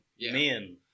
men